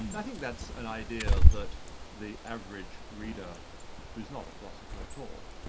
and i think that's an idea that the average reader who's not a philosopher at all,